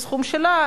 בסכום שלה,